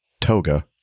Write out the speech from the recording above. toga